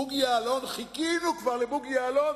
בוגי יעלון, חיכינו כבר לבוגי יעלון,